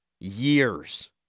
years